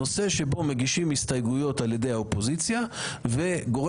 נושא שבו מגישים הסתייגויות על ידי האופוזיציה וגורם